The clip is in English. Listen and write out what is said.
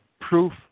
proof